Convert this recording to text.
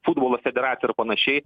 futbolo federaciją ir panašiai